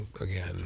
again